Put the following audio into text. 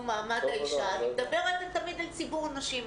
מעמד האישה אני מדברת תמיד אל ציבור נשים.